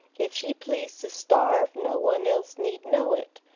if she pleased to starve, no one else need know it.